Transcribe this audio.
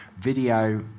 video